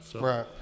right